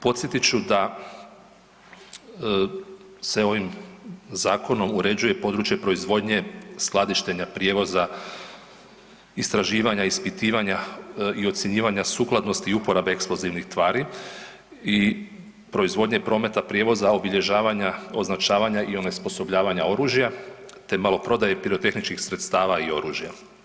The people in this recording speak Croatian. Podsjetit ću da se ovim zakonom uređuje područje proizvodnje, skladištenja, prijevoza, istraživanja, ispitivanja i ocjenjivanja sukladnosti i uporabe eksplozivnih tvari i proizvodnje, prometa, prijevoza, obilježavanja, označavanja i onesposobljavanja oružja te maloprodaji pirotehničkih sredstava i oružja.